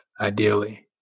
ideally